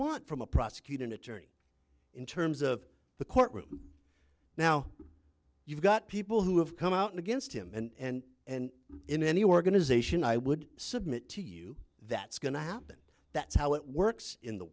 want from a prosecuting attorney in terms of the courtroom now you've got people who have come out against him and and in any organization i would submit to you that's going to happen that's how it works in the